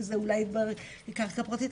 כי זה אולי היא קרקע פרטית,